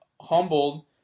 humbled